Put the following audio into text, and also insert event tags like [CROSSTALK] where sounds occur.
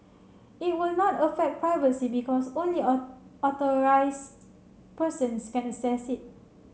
it will not affect privacy because only [UNINTELLIGIBLE] authorised persons can access it